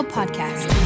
Podcast